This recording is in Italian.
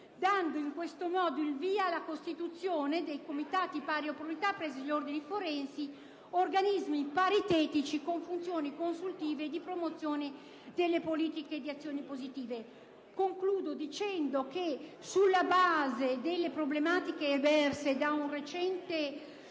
dando in questo modo il via alla costituzione dei comitati pari opportunità presso gli ordini forensi, organismi paritetici con funzioni consultive e di promozione delle politiche di azioni positive. Concludo dicendo che, sulla base delle problematiche emerse da un recente